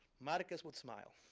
marcus would smile.